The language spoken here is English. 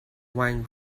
wine